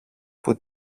που